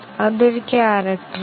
ഇപ്പോൾ മറ്റ് വേരിയബിളുകളും ഉണ്ട്